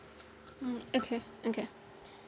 mm okay okay